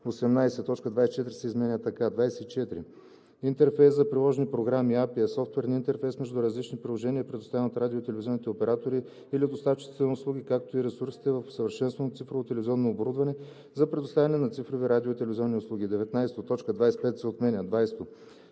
24 се изменя така: „24. „Интерфейс за приложни програми“ (АРI) е софтуерният интерфейс между различните приложения, предоставен от радио- и телевизионните оператори или доставчиците на услуги, както и ресурсите в усъвършенстваното цифрово телевизионно оборудване за предоставяне на цифрови радио- и телевизионни услуги.“ 19. Точка 25 се отменя. 20.